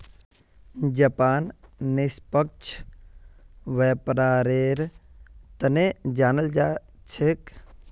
Japan निष्पक्ष व्यापारेर तने जानाल जा छेक